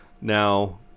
Now